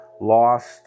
lost